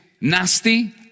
nasty